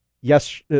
Yes